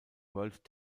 world